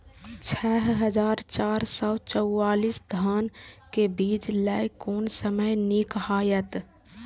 छः हजार चार सौ चव्वालीस धान के बीज लय कोन समय निक हायत?